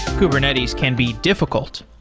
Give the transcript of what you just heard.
kubernetes can be difficult.